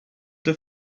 the